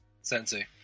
Sensei